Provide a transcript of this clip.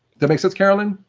it it make sense, carolyn?